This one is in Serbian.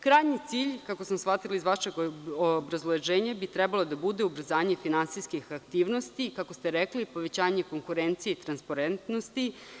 Krajnji cilj, kako sam shvatila iz vašeg obrazloženja, bi trebalo da bude – ubrzanje finansijskih aktivnosti, kako ste rekli, povećanje konkurencije i transparentnosti.